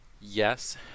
yes